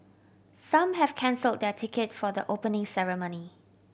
some have cancel their ticket for the Opening Ceremony